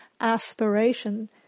aspiration